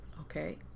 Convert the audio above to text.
okay